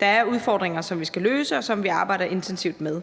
der er udfordringer, som vi skal løse, og som vi arbejder intensivt med.